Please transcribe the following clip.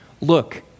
look